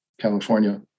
California